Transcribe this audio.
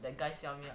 that guy sell me